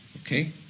Okay